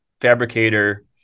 fabricator